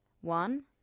One